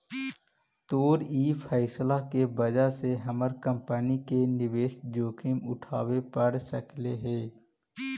तोर ई फैसला के वजह से हमर कंपनी के निवेश जोखिम उठाबे पड़ सकलई हे